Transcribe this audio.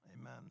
amen